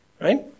right